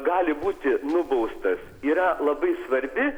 gali būti nubaustas yra labai svarbi